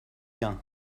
bien